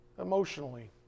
emotionally